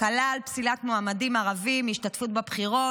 הקלה על פסילת מועמדים ערבים מהשתתפות בבחירות,